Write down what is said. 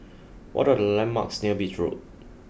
what are the landmarks near Beach Road